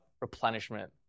replenishment